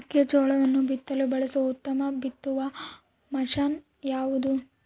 ಮೆಕ್ಕೆಜೋಳವನ್ನು ಬಿತ್ತಲು ಬಳಸುವ ಉತ್ತಮ ಬಿತ್ತುವ ಮಷೇನ್ ಯಾವುದು?